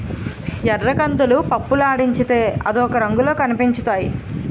ఎర్రకందులు పప్పులాడించితే అదొక రంగులో కనిపించుతాయి